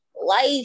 life